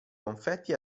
confetti